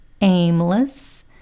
aimless